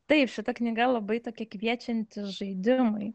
taip šita knyga labai tokia kviečianti žaidimui